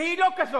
והיא לא כזאת.